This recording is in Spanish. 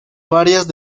varias